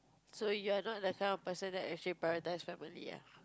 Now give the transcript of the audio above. so you're not the kind of person that actually prioritize family ya